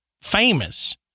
famous